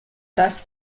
das